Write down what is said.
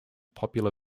popular